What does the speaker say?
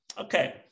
Okay